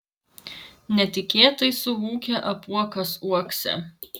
netikėtai suūkia apuokas uokse